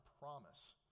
promise